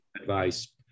advice